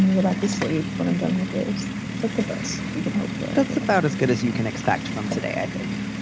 go back and sleep when i'm done with is like the best you can hope for that's about as good as you can expect from today, i think.